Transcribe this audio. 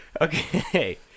Okay